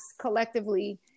collectively